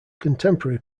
contemporary